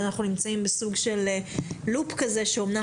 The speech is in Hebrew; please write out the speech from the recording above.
ואז אנחנו נמצאים בסוג של לופ כזה שאמנם